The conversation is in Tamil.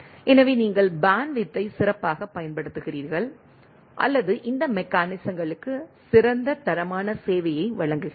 எனவே நீங்கள் பேண்ட்வித்தை சிறப்பாகப் பயன்படுத்துகிறீர்கள் அல்லது இந்த மெக்கானிசங்களுக்கு சிறந்த தரமான சேவையை வழங்குகிறீர்கள்